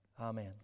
Amen